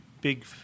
big